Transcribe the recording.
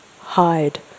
hide